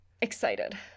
excited